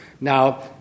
Now